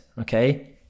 okay